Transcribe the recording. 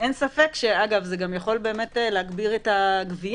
זה גם יכול בהחלט להגביר את הגבייה,